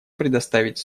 предоставить